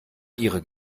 ihre